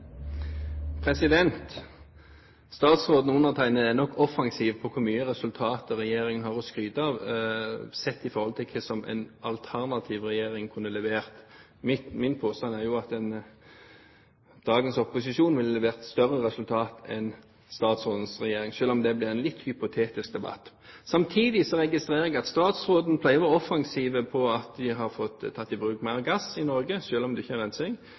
Statsråden og undertegnede er nok offensive på hvor mye resultater regjeringen har å skryte av sett i forhold til hva en alternativ regjering kunne levert. Min påstand er jo at dagens opposisjon ville levert større resultater enn statsrådens regjering, selv om det blir en litt hypotetisk debatt. Samtidig registrerer jeg at statsråden pleier å være offensiv på at de har tatt i bruk mer gass i Norge, selv om det ikke er rensing.